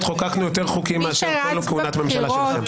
חוקקנו יותר חוקים מאשר בכל כהונת הממשלה שלך.